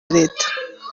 leta